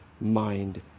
mind